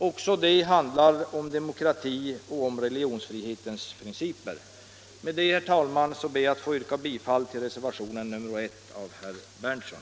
Även detta handlar om demokrati och religionsfrihetens principer. Med detta, herr talman, ber jag att få yrka bifall till reservationen 1 av herr Berndtson.